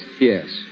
Yes